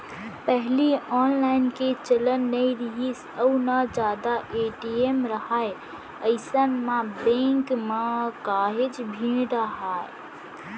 पहिली ऑनलाईन के चलन नइ रिहिस अउ ना जादा ए.टी.एम राहय अइसन म बेंक म काहेच भीड़ राहय